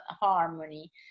harmony